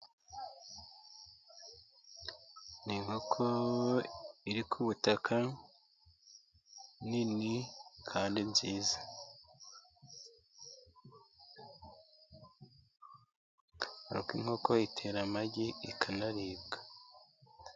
Ni inkoko iri ku butaka nini, kandi nziza. Kuberako inkoko itera amagi, ikanaribwa.